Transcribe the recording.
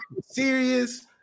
serious